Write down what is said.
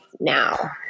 Now